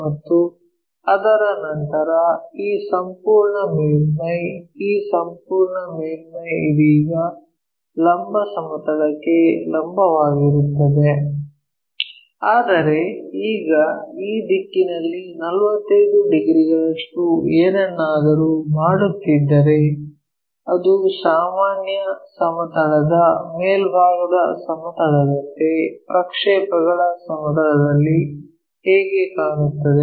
ಮತ್ತು ಅದರ ನಂತರ ಈ ಸಂಪೂರ್ಣ ಮೇಲ್ಮೈ ಈ ಸಂಪೂರ್ಣ ಮೇಲ್ಮೈ ಇದೀಗ ಲಂಬ ಸಮತಲಕ್ಕೆ ಲಂಬವಾಗಿರುತ್ತದೆ ಆದರೆ ಈಗ ಈ ದಿಕ್ಕಿನಲ್ಲಿ 45 ಡಿಗ್ರಿಗಳಷ್ಟು ಏನನ್ನಾದರೂ ಮಾಡುತ್ತಿದ್ದರೆ ಅದು ಸಾಮಾನ್ಯ ಸಮತಲದ ಮೇಲ್ಭಾಗದ ಸಮತಲದಂತೆ ಪ್ರಕ್ಷೇಪಗಳ ಸಮತಲದಲ್ಲಿ ಹೇಗೆ ಕಾಣುತ್ತದೆ